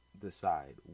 decide